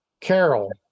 Carol